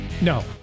No